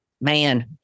man